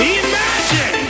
imagine